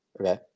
Okay